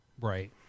Right